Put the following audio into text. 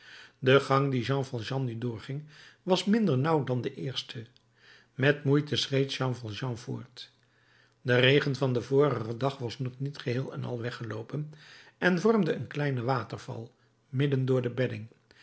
de gang dien jean valjean nu doorging was minder nauw dan de eerste met moeite schreed jean valjean voort de regen van den vorigen dag was nog niet geheel en al weggeloopen en vormde een kleinen waterval midden door de bedding